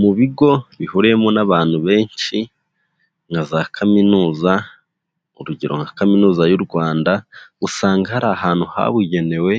Mu bigo bihuriyemo n'abantu benshi nka za Kaminuza, urugero nka Kaminuza y'u Rwanda, usanga hari ahantu habugenewe